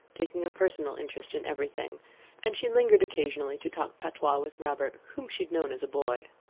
taking a personal interest in everything and she lingered occasionally to talk patois with robert, whom she had known as a boy.